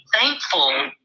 thankful